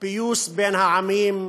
פיוס בין העמים,